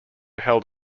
held